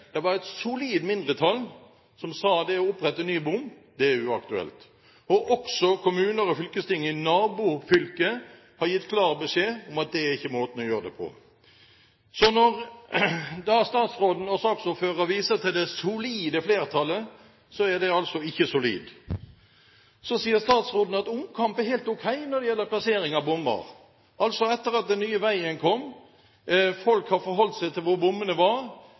Det var et solid mindretall som sa at å opprette ny bom, er uaktuelt. Også kommuner og fylkestinget i nabofylket har gitt klar beskjed om at dette ikke er måten å gjøre det på. Så når statsråden og saksordføreren viser til det solide flertallet, er det altså ikke solid. Så sier statsråden at omkamp er helt ok når det gjelder plassering av bommer. Altså: Etter at den nye veien har kommet, folk har forholdt seg til hvor bommene